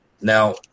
Now